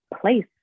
place